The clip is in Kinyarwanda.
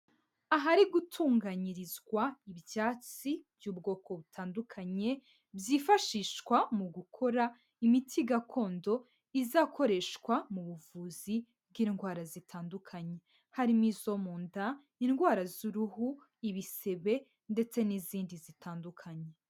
Ahari gutunganyirizwa ibyatsi by'ubwoko butandukanye, byifashishwa mu gukora imiti gakondo izakoreshwa mu buvuzi bw'indwara zitandukanye. Harimo izo mu nda, indwara z'uruhu, ibisebe ndetse n'izindi zitandukanye.